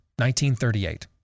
1938